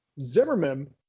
Zimmerman